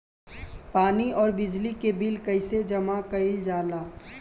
पानी और बिजली के बिल कइसे जमा कइल जाला?